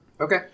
Okay